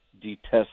detest